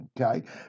Okay